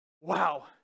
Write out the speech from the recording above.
Wow